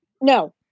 No